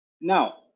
Now